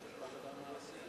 אין אף אחד.